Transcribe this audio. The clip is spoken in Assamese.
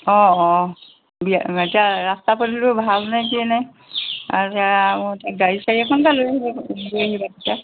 অঁ অঁ দিয়া এতিয়া ৰাস্তা পদূলিবোৰ ভাল নে কিয়েনে সেয়া তাত গাড়ী চাৰি এখন এটা লৈ আহিব লৈ আহিবা তেতিয়া